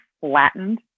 Flattened